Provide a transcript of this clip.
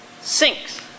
sinks